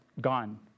gone